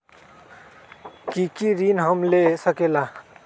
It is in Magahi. की की ऋण हम ले सकेला?